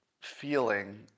feeling